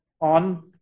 on